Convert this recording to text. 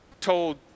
told